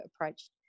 approached